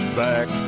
back